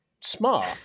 smart